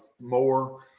more